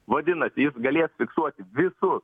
vadinasi jis galės fiksuoti visus